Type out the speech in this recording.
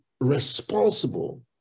responsible